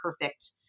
perfect